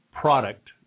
product